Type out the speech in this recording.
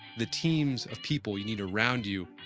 the teams of people you need around you,